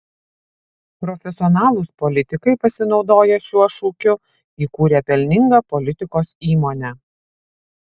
profesionalūs politikai pasinaudoję šiuo šūkiu įkūrė pelningą politikos įmonę